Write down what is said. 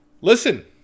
Listen